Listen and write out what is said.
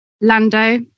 Lando